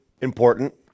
important